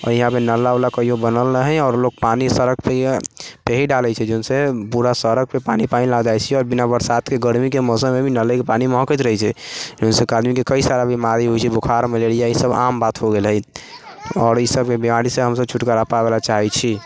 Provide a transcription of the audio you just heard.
आओर यहाँपर नाला उला कहिओ बनल नहि हइ आओर लोक पानी सड़कपर ही डालै छै जौनसँ पूरा सड़कपर पानी पानी लागि जाइ छै आओर बिना बरसातके गर्मीके मौसममे भी नलीके पानी महकैत रहै छै जौनसँ आदमीके कइ सारा बीमारी होइ छै बोखार मलेरिआ ईसब आम बात हो गेलै आओर ईसब बीमारीसँ हमसब छुटकारा पाबैलए चाहै छी